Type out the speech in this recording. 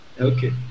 Okay